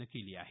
नं केली आहे